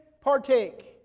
partake